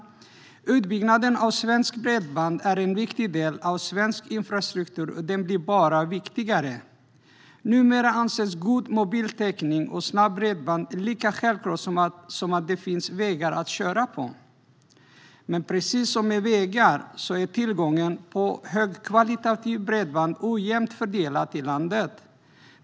Utbyggnaden av svenskt bredband är en viktig del av svensk infrastruktur, och den blir bara viktigare. Numera anses god mobiltäckning och snabbt bredband lika självklart som att det finns vägar att köra på. Men precis som när det gäller vägar är tillgången på högkvalitativt bredband ojämnt fördelad över landet.